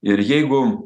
ir jeigu